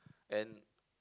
and